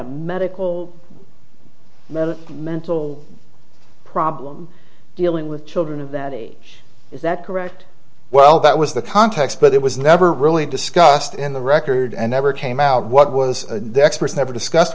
a medical mother mental problem dealing with children of that age is that correct well that was the context but it was never really discussed in the record and never came out what was the experts never discussed